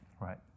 right